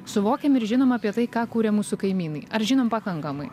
suvokiam ir žinom apie tai ką kuria mūsų kaimynai ar žinom pakankamai